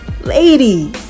lady